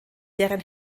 deren